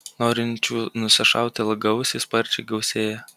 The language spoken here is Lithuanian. norinčių nusišauti ilgaausį sparčiai gausėja